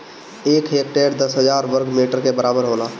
एक हेक्टेयर दस हजार वर्ग मीटर के बराबर होला